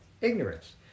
ignorance